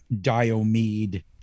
Diomede